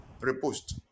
repost